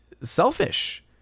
selfish